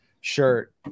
shirt